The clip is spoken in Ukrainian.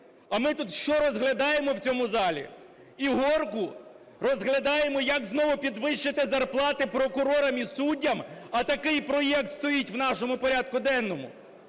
А ми тут що розглядаємо в цьому залі – "ігорку"? Розглядаємо, як знову підвищити зарплати прокурорам і суддям? А такий проект стоїть в нашому порядку денному.